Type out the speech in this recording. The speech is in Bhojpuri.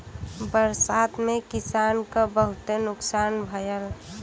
बरसात में किसान क बहुते नुकसान भयल